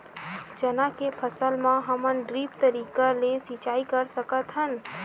चना के फसल म का हमन ड्रिप तरीका ले सिचाई कर सकत हन?